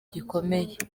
gikomeye